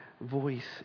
voice